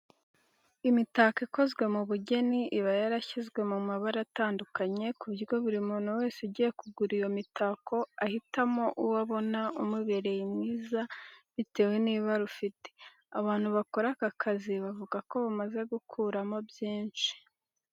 Imitako ikozwe mu bugeni iba yarashyizwe mu mabara atandukanye ku buryo buri muntu wese ugiye kugura iyo mitako ahitamo uwo abona umubereye mwiza bitewe n'ibara ufite. Abantu bakora aka kazi bavuga ko bamaze gukuramo byinshi.